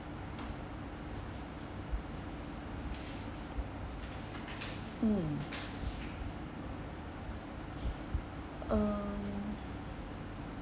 hmm um